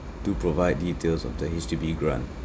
do provide details of the H_D_B grant